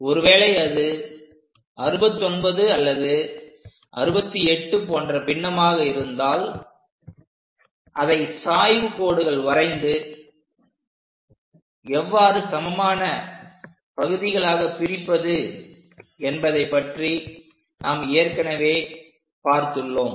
ஒருவேளை அது 69 mm அல்லது 68 mm போன்ற பின்னமாக இருந்தால் அதை சாய்வு கோடுகள் வரைந்து எவ்வாறு சமமான பகுதிகளாகப் பிரிப்பது என்பதை நாம் ஏற்கனவே பார்த்துள்ளோம்